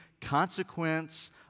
consequence